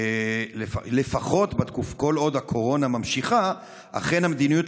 שלפחות כל עוד הקורונה נמשכת אכן המדיניות